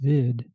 Vid